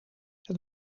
het